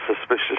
suspicious